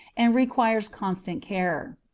and requires constant care.